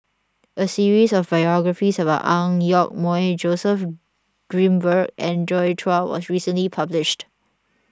a series of biographies about Ang Yoke Mooi Joseph Grimberg and Joi Chua was recently published